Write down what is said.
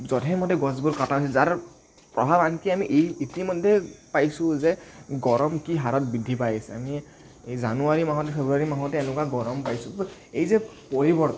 জধে মধে গছবোৰ কটা হৈছে যাৰ প্ৰভাৱ আনকি ইতিমধ্যে পাইছোঁ যে গৰম কি হাৰত বৃদ্ধি পাইছে আমি জানুৱাৰী মাহত ফেব্ৰুৱাৰী মাহতে এনেকুৱা গৰম পাইছোঁ এই যে পৰিৱৰ্তন